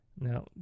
Now